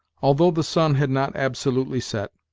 although the sun had not absolutely set,